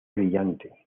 brillante